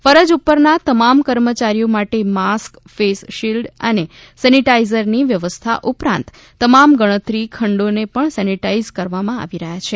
ફરજ ઉપરના તમામ કર્મચારીઓ માટે માસ્ક ફેસ શિલ્ડ અને સેનીટાઈઝરની વ્યવસ્થા ઉપરાંત તમામ મતગણતરી ખંડો ને પણ સેનીટાઈઝ કરવામાં આવી રહ્યા છે